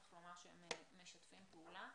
צריך לומר שהם משתפים פעולה,